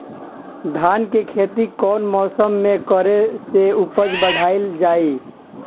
धान के खेती कौन मौसम में करे से उपज बढ़ाईल जाई?